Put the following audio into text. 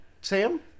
Sam